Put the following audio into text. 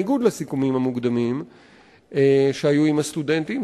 בניגוד לסיכומים המוקדמים שהיו עם הסטודנטים,